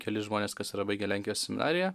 keli žmonės kas yra baigę lenkijos seminariją